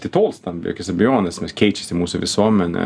atitolstam be jokios abejonės nes keičiasi mūsų visuomenė